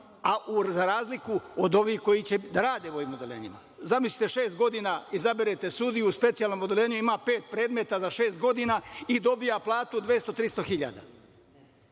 za razliku od ovih koji će da rade u ovim odeljenjima? Zamislite, šest godina, izaberete sudiju, u specijalnom odeljenju ima pet predmeta za šest godina i dobija platu od 200-300 hiljada